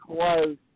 close